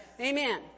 amen